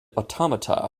automata